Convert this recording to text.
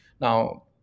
now